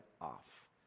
off